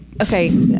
okay